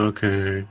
Okay